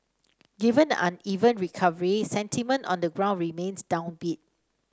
given the uneven recovery sentiment on the ground remains downbeat